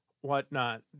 whatnot